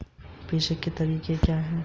प्रेषण के तरीके क्या हैं?